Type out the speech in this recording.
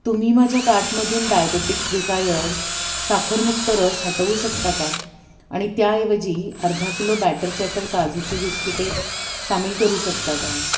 तुम्ही माझ्या कार्टमधून डायबेटिक्स डिझायर साखरमुक्त रस हटवू शकता का आणि त्याऐवजी अर्धा किलो बॅटर चॅटर काजूची बिस्किटे सामील करू शकता का